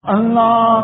Allah